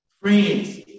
friends